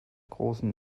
großen